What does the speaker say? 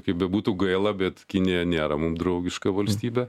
kaip bebūtų gaila bet kinija nėra mum draugiška valstybė